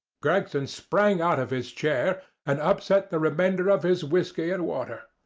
gregson sprang out of his chair and upset the remainder of his whiskey and water.